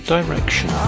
Direction